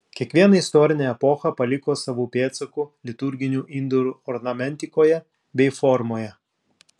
kiekviena istorinė epocha paliko savų pėdsakų liturginių indų ornamentikoje bei formoje